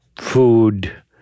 food